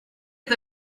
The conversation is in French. est